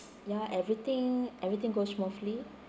s~ ya everything everything goes smoothly